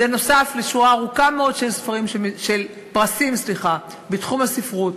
זה נוסף לשורה ארוכה מאוד של פרסים בתחום הספרות,